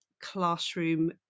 classroom